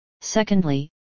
Secondly